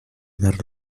dar